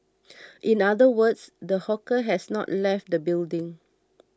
in other words the hawker has not left the building